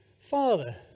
Father